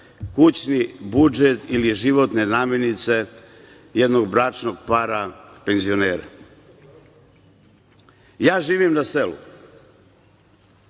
kućni budžet ili životne namirnice jednog bračnog para penzionera. Ja živim na selu